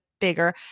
bigger